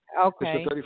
Okay